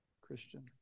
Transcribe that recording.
Christian